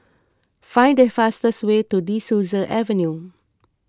find the fastest way to De Souza Avenue